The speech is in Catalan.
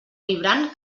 vibrant